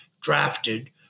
drafted